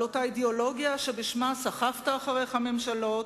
על אותה אידיאולוגיה שבשמה סחפת אחריך ממשלות,